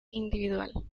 individual